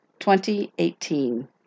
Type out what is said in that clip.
2018